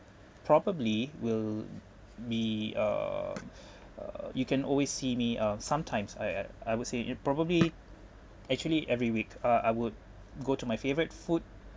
probably will be uh uh you can always see me ah sometimes I I I would say it probably actually every week uh I would go to my favourite food